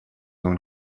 own